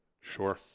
Sure